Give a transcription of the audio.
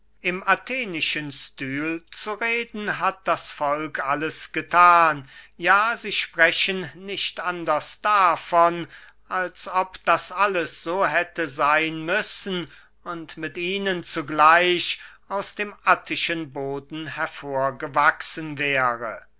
im athenischen stil zu reden hat das volk alles gethan ja sie sprechen nicht anders davon als ob das alles so hätte seyn müssen und mit ihnen zugleich aus dem attischen boden hervorgewachsen wäre